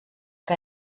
que